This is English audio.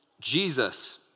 Jesus